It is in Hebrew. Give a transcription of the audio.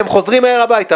אתם חוזרים מהר הביתה?